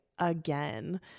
again